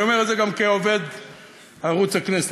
אני אומר את זה גם כעובד ערוץ הכנסת.